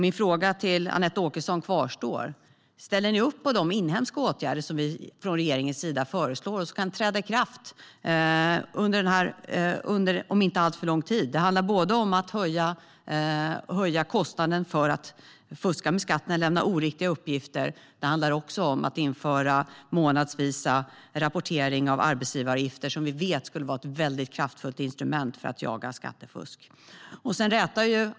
Min fråga till Anette Åkesson kvarstår: Ställer ni upp på de inhemska åtgärder som regeringen föreslår och som kan träda i kraft om inte alltför lång tid? Det handlar både om att höja kostnaden för att fuska med skatten eller lämna oriktiga uppgifter och om att införa månadsvis rapportering av arbetsgivaravgifter, som vi vet skulle vara ett kraftfullt instrument för att jaga skattefusk.